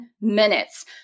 minutes